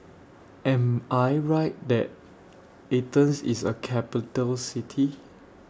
Am I Right that Athens IS A Capital City